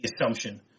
assumption